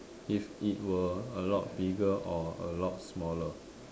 if it were a lot bigger or a lot smaller